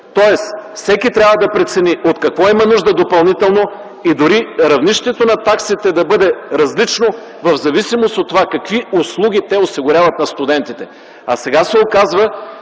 Тоест, всеки трябва да прецени от какво има нужда допълнително и дори равнището на таксите да бъде различно в зависимост от това какви услуги те осигуряват на студентите. Сега се оказва,